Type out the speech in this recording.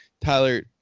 Tyler